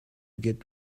get